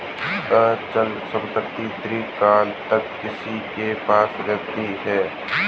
अचल संपत्ति दीर्घकाल तक किसी के पास रहती है